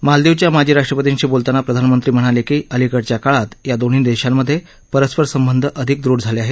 मालदीवच्या माजी राष्ट्रपतींशी बोलताना प्रधानमंत्री म्हणाले की अलिकडच्या काळात या दोन्ही देशांमधे परस्पर संबंध अधिक दृढ झाले आहेत